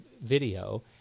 video